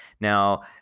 Now